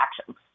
actions